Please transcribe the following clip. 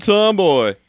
Tomboy